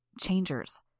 Changers